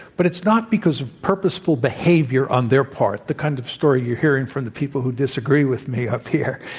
but it's not because of purposeful behavior on their part the kind of story you're hearing from the people who disagree with me up here.